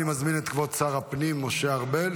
אני מזמין את כבוד שר הפנים משה ארבל